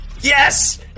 Yes